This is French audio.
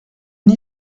une